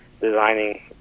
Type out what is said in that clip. designing